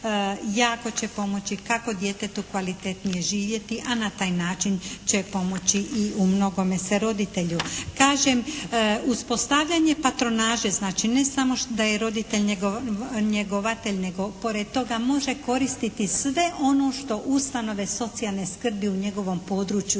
jako će pomoći kako djetetu kvalitetnije živjeti a na taj način će pomoći i u mnogome se roditelju. Kažem, uspostavljanje patronaže, znači ne samo da je roditelj njegovatelj nego pored toga može koristiti sve ono što ustanove socijalne skrbi u njegovom području